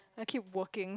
I keep working